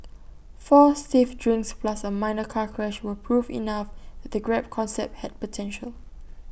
four stiff drinks plus A minor car crash were proof enough the grab concept had potential